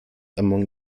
among